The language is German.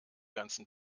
ganzen